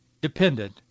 dependent